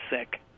sick